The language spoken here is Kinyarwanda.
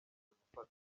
gufatwa